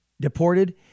deported